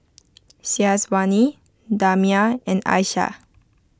Syazwani Damia and Aisyah